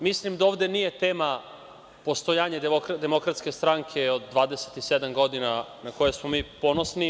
Mislim da ovde nije tema postojanje DS od 27 godina, na koje smo mi ponosni.